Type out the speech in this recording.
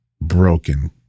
broken